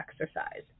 exercise